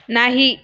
नाही